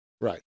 Right